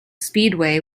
speedway